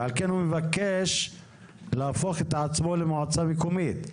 על כן, הוא מבקש להפוך את עצמו למועצה מקומית.